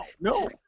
No